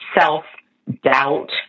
self-doubt